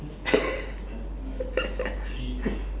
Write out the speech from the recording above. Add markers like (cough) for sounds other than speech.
(laughs)